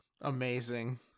Amazing